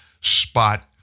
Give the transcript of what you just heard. spot